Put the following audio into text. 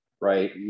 right